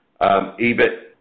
EBIT